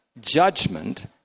judgment